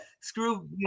Screw